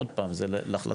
עוד פעם זה להחלטתכם,